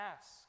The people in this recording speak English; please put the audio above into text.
ask